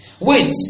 Wait